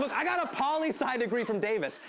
but i got a poli sci degree from davis.